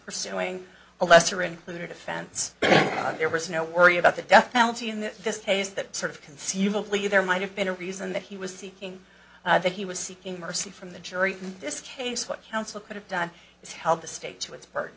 pursuing a lesser included offense there was no worry about the death penalty in this case that sort of conceivably there might have been a reason that he was seeking that he was seeking mercy from the jury in this case what counsel could have done is help the state